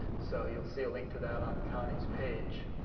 so you will see a link to that on connie's page.